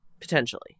potentially